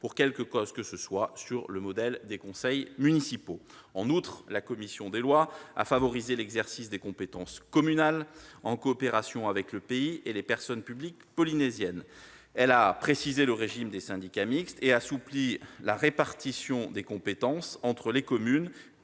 pour quelque cause que ce soit, sur le modèle des conseils municipaux. En outre, la commission des lois a favorisé l'exercice des compétences communales, en coopération avec le pays et les autres personnes publiques polynésiennes. Elle a précisé le régime des syndicats mixtes et assoupli la répartition des compétences entre les communes